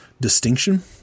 distinction